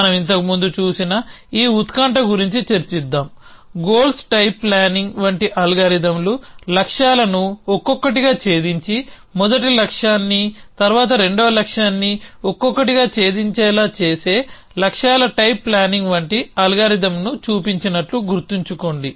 మనం ఇంతకు ముందు చూసిన ఈ ఉత్కంఠ గురించి చర్చిద్దాం గోల్స్ టైప్ ప్లానింగ్ వంటి అల్గారిథంలు లక్ష్యాలను ఒక్కొక్కటిగా ఛేదించి మొదటి లక్ష్యాన్ని తరువాత రెండవ లక్ష్యాన్ని ఒక్కొక్కటిగా ఛేదించేలా చేసే లక్ష్యాల టైప్ ప్లానింగ్ వంటి అల్గారిథమ్లు చూపించినట్లు గుర్తుంచుకోండి